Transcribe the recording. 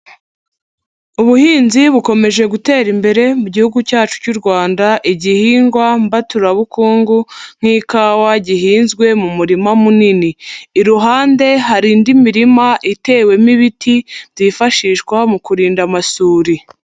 Ubuhinzi bukomeje gutera imbere mu gihugu cyacu cy'u Rwanda, igihingwa mbaturabukungu nk'ikawa gihinzwe mu murima munini, iruhande hari indi mirima itewemo ibiti byifashishwa mu kurinda amasuri.